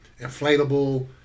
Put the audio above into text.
inflatable